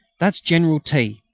that's general t.